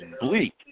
bleak